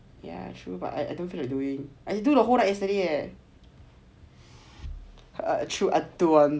ya true but I don't feel like doing it I do the whole night yesterday leh true I don't want do